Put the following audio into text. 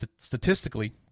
statistically